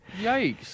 Yikes